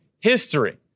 history